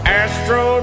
astro